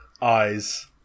eyes